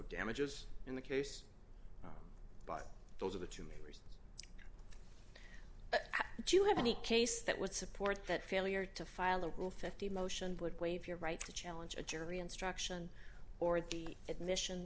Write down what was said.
damages in the case but those are the to me but do you have any case that would support that failure to file a rule fifty motion would waive your right to challenge a jury instruction or the admission